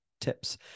tips